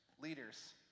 leaders